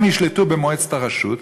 הם ישלטו במועצת הרשות,